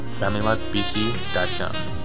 familylifebc.com